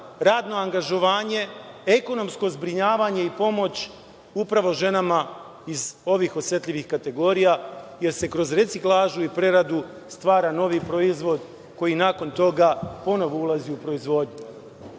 radno angažovanje, ekonomsko zbrinjavanje i pomoć upravo ženama iz ovih osetljivih kategorija, jer se kroz reciklažu i preradu stvara novi proizvod koji nakon toga ponovo ulazi u proizvodnju. Jako